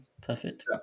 perfect